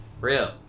Real